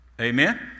Amen